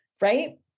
Right